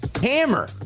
hammer